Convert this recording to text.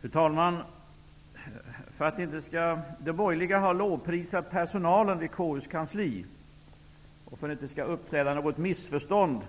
Fru talman! De borgerliga har lovprisat personalen vid KU:s kansli. För att det inte skall uppträda något missförstånd